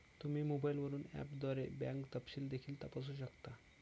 तुम्ही मोबाईलवरून ऍपद्वारे बँक तपशील देखील तपासू शकता